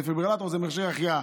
דפיברילטור זה מכשיר החייאה.